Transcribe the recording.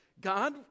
God